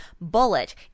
Bullet